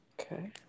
Okay